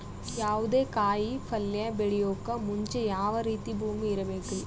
ಯಾವುದೇ ಕಾಯಿ ಪಲ್ಯ ಬೆಳೆಯೋಕ್ ಮುಂಚೆ ಯಾವ ರೀತಿ ಭೂಮಿ ಇರಬೇಕ್ರಿ?